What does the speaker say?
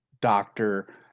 doctor